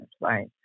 right